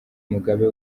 mugabe